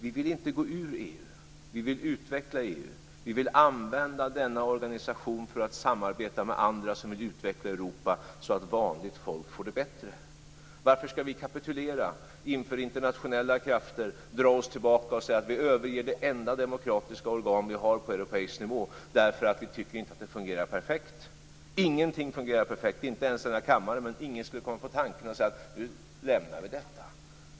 Vi vill inte gå ur EU. Vi vill utveckla EU. Vi vill använda denna organisation för att samarbeta med andra som vill utveckla Europa så att vanligt folk får det bättre. Varför skall vi kapitulera inför internationella krafter, dra oss tillbaka och säga att vi överger det enda demokratiska organ vi har på europeisk nivå därför att vi tycker att det inte fungerar perfekt? Ingenting fungerar perfekt, inte ens i denna kammare, men ingen skulle komma på tanken att säga att nu lämnar vi detta.